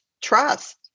trust